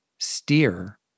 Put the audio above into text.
steer